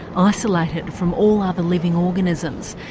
isolated from all other living organisms.